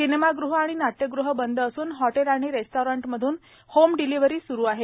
सिनेमागृहं आणि नाट्यगृहं बंद असून हॉटेल आणि रेस्टोरंटमधून होम डिलिव्हरी सुरु आहे